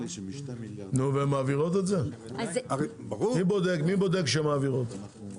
מי בודק שמעבירות את זה?